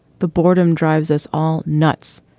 the boredom drives us all nuts.